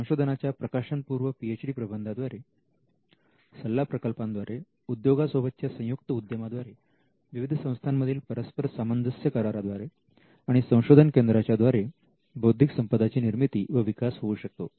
संशोधनाच्या प्रकाशनपूर्व पीएचडी प्रबंधा द्वारे सल्ला प्रकल्पांद्वारे उद्योगा सोबतच्या संयुक्त उद्यमा द्वारे विविध संस्थांमधील परस्पर सामंजस्य करारा द्वारे आणि संशोधन केंद्रांच्या द्वारे बौद्धिक संपदा ची निर्मिती व विकास होऊ शकतो